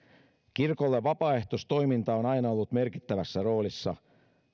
kirkolle vapaaehtoistoiminta on aina ollut merkittävässä roolissa